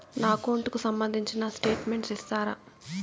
నా అకౌంట్ కు సంబంధించిన స్టేట్మెంట్స్ ఇస్తారా